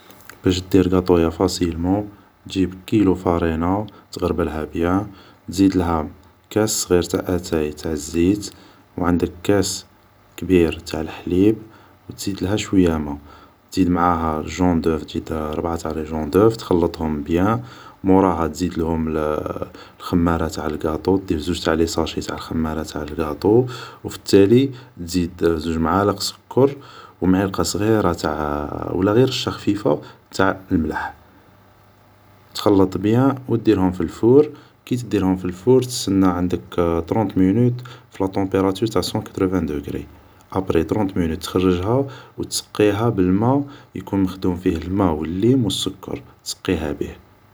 باش دير قطويا فاسيلمون جيب كيلو فرينة تغربلها بيان تزيدلها كاس صغير تاع اتاي تاع زيت و عندك كاس كبير تاع الحليب و تزيدلها شوية ماء تزيد معاها جون دوف ربعة تاع لي جون دوف تخلطهم بيان موراها تزيدلهم الخمارة تاع القاطو دير زوج تاع لي صاشي تاع الخمارة تاع القاطو و في التالي تزيد زوج معالق سكر و معلقة صغيرة تاع ولا غير رشة خفيفة تاع ملح تخلط بيان و ديرهم في الفور كي تديرهم في الفور تسنى عندك طرونت مينوت في لاتومبيراتور تاع سون كاتروفان دوقري ابري طرونت مينوت تخرجها و تسقيها بالماء يكون مخدوم فيه الماء و الليم و السكر تسقيها بيه